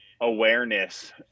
awareness